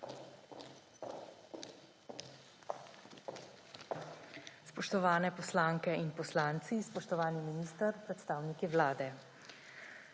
Spoštovane poslanke in poslanci, spoštovani minister, predstavniki Vlade!